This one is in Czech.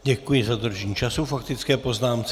Děkuji za dodržení času k faktické poznámce.